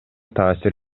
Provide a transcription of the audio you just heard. таасир